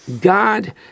God